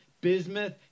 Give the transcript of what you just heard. bismuth